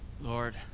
Lord